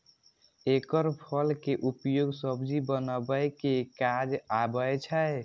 एकर फल के उपयोग सब्जी बनबै के काज आबै छै